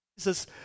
Jesus